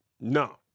No